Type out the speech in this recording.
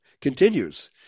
continues